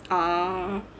oh